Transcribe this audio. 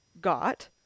got